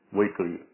weekly